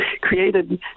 created